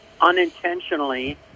unintentionally